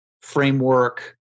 framework